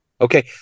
Okay